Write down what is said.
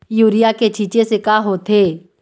Urea के छींचे से का होथे?